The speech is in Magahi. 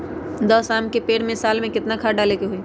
दस आम के पेड़ में साल में केतना खाद्य डाले के होई?